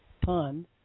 pun